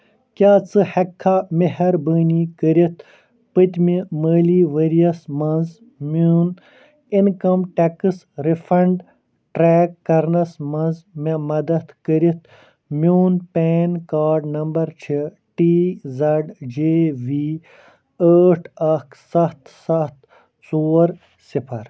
کیٛاہ ژٕ ہؠکٕکھا مہربٲنی کٔرِتھ پٔتمہِ مٲلی ؤرۍ یس منٛز میٛون انکم ٹیکس رِفنڈ ٹرٛیک کَرنس منٛز مےٚ مدد کٔرتھ میٛون پین کارڈ نمبر چھِ ٹی زڈ جے وی ٲٹھ اکھ سَتھ سَتھ ژور صِفر